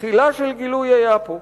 "תחילה של גילוי היתה פה".